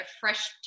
fresh